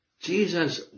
Jesus